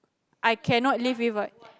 I cannot live without